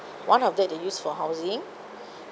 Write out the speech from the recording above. one of that they use for housing